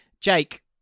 Jake